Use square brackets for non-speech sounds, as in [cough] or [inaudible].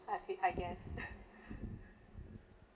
I feel I guess [breath]